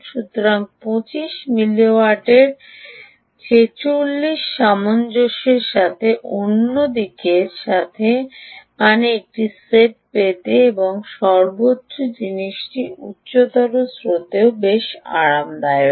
আপনি 25 মিলি ওয়াটের 46 টি সামঞ্জস্যের সাথে অন্যটির সাথে মানের একটি সেট পেতে এবং সর্বোচ্চ জিনিসটি উচ্চতর স্রোতেও বেশ আরামদায়ক